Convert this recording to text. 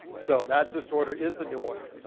so that disorder is the new order.